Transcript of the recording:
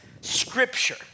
scripture